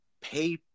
pay